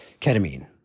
Ketamine